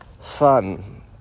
fun